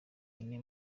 ine